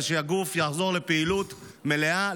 ושהגוף יחזור לפעילות מלאה,